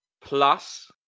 plus